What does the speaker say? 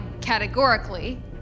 categorically